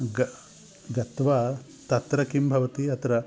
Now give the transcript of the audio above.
ग गत्वा तत्र किं भवति अत्र